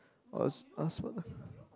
I was I was